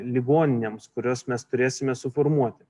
ligoninėms kurios mes turėsime suformuoti